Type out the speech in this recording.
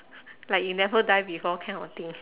like you never die before kind of thing